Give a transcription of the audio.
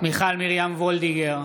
מיכל מרים וולדיגר,